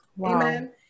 Amen